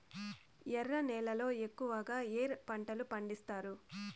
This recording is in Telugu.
ఎర్ర నేలల్లో ఎక్కువగా ఏ పంటలు పండిస్తారు